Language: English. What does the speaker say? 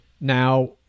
now